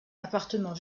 appartenant